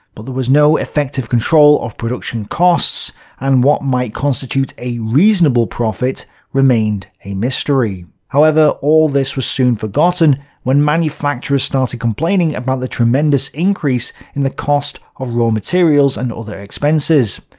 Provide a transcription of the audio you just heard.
but there was no effective control of production costs and what might constitute a reasonable profit remained a mystery. mystery. however, all this was soon forgotten when manufacturers started complaining about the tremendous increase in the cost of raw materials and other expenses.